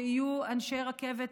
ושיהיו אנשי רכבת,